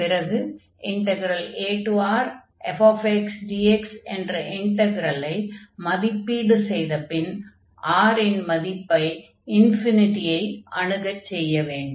பிறகு aRfxdx என்ற இன்டக்ரலை மதிப்பீடு செய்த பின் R இன் மதிப்பை ஐ அணுகச் செய்ய வேண்டும்